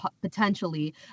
potentially